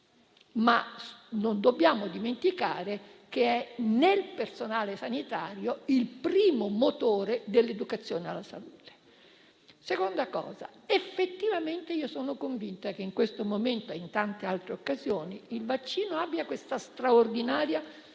ma non dobbiamo dimenticare che è nel personale sanitario il primo motore dell'educazione alla salute. Seconda cosa: effettivamente sono convinta che in questo momento e in tante altre occasioni il vaccino abbia una straordinaria funzione